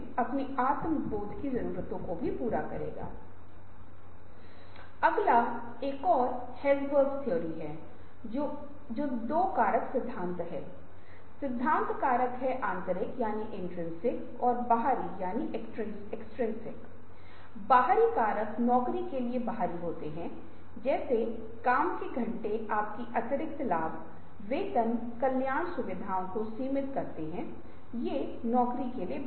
और रचनात्मक बनाने के लिए नवीनीकरण को नई संभावनाओं और अन्य लोगों के साथ सहयोग करने के लिए कर्मचारियों के लिए पर्याप्त ढीलेपन का निर्माण करें संगठन के भीतर और बाहर दोनों कर्मचारियों को पर्यावरण को स्कैन करने के लिए प्रशिक्षित करें नए रुझानों प्रौद्योगिकियों या ग्राहकों के मन में बदलाव के लिए